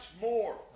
more